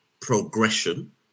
progression